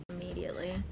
Immediately